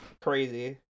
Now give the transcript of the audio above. Crazy